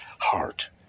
heart